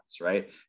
right